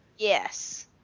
Yes